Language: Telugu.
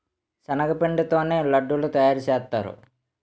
శనగపిండి తోనే లడ్డూలు తయారుసేత్తారు